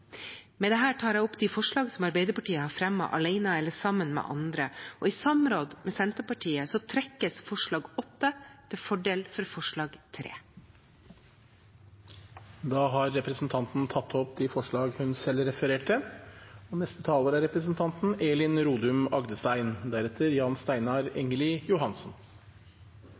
Med dette tar jeg opp de forslagene Arbeiderpartiet har fremmet alene eller sammen med andre. I samråd med Senterpartiet trekkes forslag nr. 8 til fordel for forslag nr. 3. Representanten Åsunn Lyngedal har tatt opp de forslagene hun refererte til. Finansmarkedene, de finansielle tjenestene og betalingssystemene er